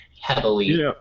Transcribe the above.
heavily